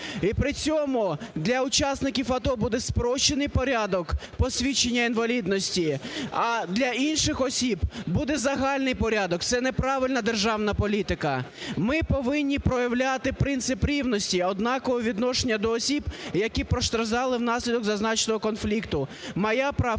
І при цьому для учасників АТО буде спрощений порядок посвідчення інвалідності, а для інших осіб буде загальний порядок. Це неправильна державна політика. Ми повинні проявляти принцип рівності, однакового відношення до осіб, які постраждали внаслідок зазначеного конфлікту. Моя правка